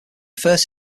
first